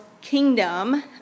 kingdom